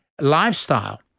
lifestyle